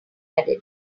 added